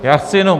Já chci jenom